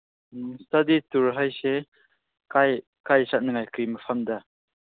ꯎꯝ ꯏꯁꯇꯗꯤ ꯇꯨꯔ ꯍꯥꯏꯁꯦ ꯀꯥꯏ ꯆꯠꯅꯉꯥꯏ ꯀꯩ ꯃꯐꯝꯗ